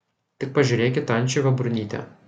tik pažiūrėk į tą ančiuvio burnytę